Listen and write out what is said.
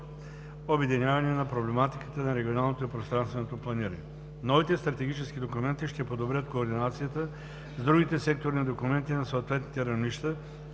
обединяване на проблематиката на регионалното и пространственото планиране. Новите стратегически документи ще подобрят координацията с другите секторни документи на съответните равнища,